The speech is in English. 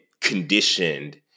conditioned